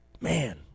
man